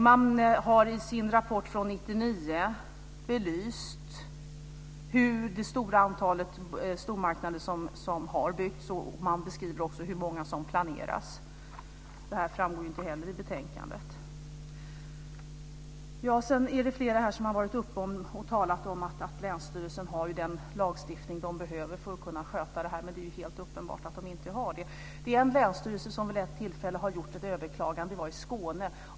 Man har i sin rapport från 1999 belyst det stora antalet stormarknader som har byggts, och man beskriver också hur många som planeras. Detta framgår inte heller i betänkandet. Flera här har talat om att länsstyrelsen har den lagstiftning den behöver för att kunna sköta detta, men det är helt uppenbart att den inte har det. Det är en länsstyrelse som vid ett tillfälle har gjort ett överklagande. Det var i Skåne.